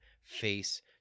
face